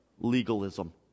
legalism